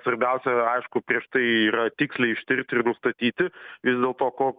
svarbiausia aišku prieš tai yra tiksliai ištirti ir nustatyti vis dėlto ko